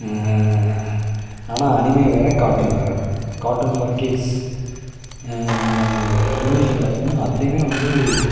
ஆனால் அனிமே வேறு கார்ட்டூன் வேறு கார்ட்டூன் ஃபார் கிட்ஸ் அனிமேஷன் பார்த்திங்னா அதிலயும் வந்து